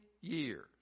years